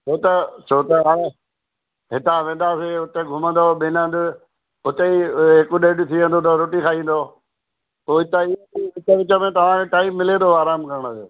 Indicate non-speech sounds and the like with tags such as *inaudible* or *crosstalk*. छो त छो त हाणे हितां वेंदासीं उते घुमंदव ॿिनि हंधि हुते ई हिकु ॾेढ थी वेंदो अथव रोटी खाई ईंदव पोइ उतां *unintelligible* विच विच में तव्हांखे टाइम मिले थो आराम करण जो